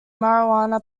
marijuana